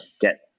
get